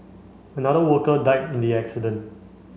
another worker died in the accident